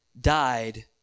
died